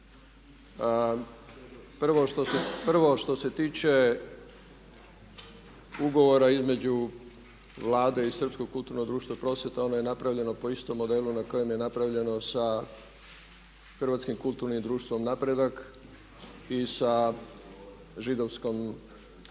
Prvo što se tiče ugovora između Vlade i Srpskog kulturnog društva prosvjeta ona je napravljena po istom modelu na kojem je napravljeno sa Hrvatskim kulturnim društvom Napredak i židovskom zajednicom